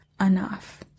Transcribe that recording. enough